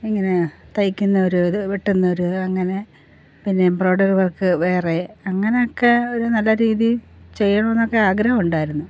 ഇങ്ങനെ തയ്ക്കുന്നൊരു ഇത് വെട്ടുന്നൊരു അങ്ങനെ പിന്നെ എംബ്രോഡറി വർക്ക് വേറെ അങ്ങനൊക്കെ ഒരു നല്ല രീതി ചെയ്യണമെന്നൊക്കെ ആഗ്രഹമുണ്ടായിരുന്നു